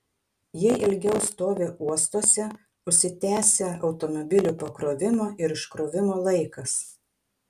jie ilgiau stovi uostuose užsitęsia automobilių pakrovimo ir iškrovimo laikas